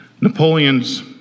Napoleon's